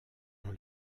ont